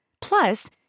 Plus